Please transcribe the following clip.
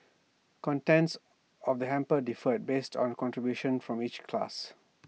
contents of the hampers differed based on contributions from each class